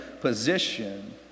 position